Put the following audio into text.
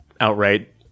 outright